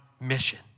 mission